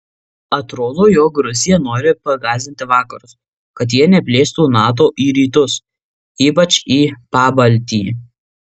atrodo jog rusija nori pagąsdinti vakarus kad jie neplėstų nato į rytus ypač į pabaltijį